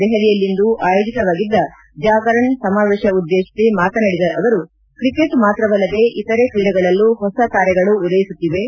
ದೆಹಲಿಯಲ್ಲಿಂದು ಆಯೋಜಿತವಾಗಿದ್ದ ಜಾಗರಣ್ ಸಮಾವೇಶ ಉದ್ದೇಶಿಸಿ ಮಾತನಾಡಿದ ಅವರು ಕ್ರಿಕೆಟ್ ಮಾತ್ರವಲ್ಲದೆ ಇತರೆ ಕ್ರೀಡೆಗಳಲ್ಲೂ ಹೊಸ ತಾರೆಗಳು ಉದಯಿಸುತ್ತಿವೆ